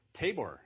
Tabor